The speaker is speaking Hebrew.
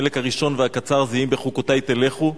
החלק הראשון והקצר זה "אם בחֻקֹתי תלכו",